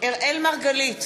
אראל מרגלית,